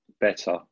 better